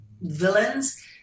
villains